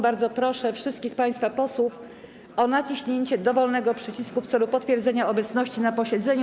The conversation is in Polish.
Bardzo proszę wszystkich państwa posłów o naciśnięcie dowolnego przycisku w celu potwierdzenia obecności na posiedzeniu.